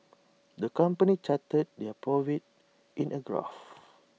the company charted their profits in A graph